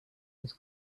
his